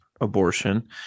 abortion